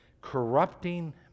corrupting